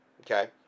Okay